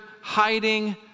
hiding